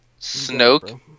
Snoke